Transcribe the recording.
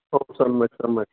बहु सम्यक् सम्यक्